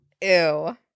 Ew